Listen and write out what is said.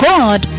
God